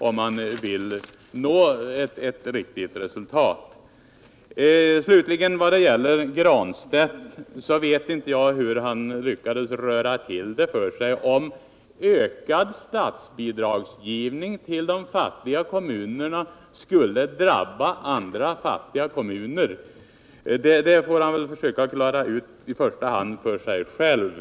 Då når man ett riktigt resultat. Jag vill slutligen vända mig till Pär Granstedt. Han lyckades röra till det för sig när han påstod att ökad statsbidragsgivning till de fattiga kommunerna skulle drabba andra fattiga kommuner. Det resonemanget får Pär Granstedt försöka klara ut i första hand för sig själv.